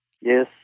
Yes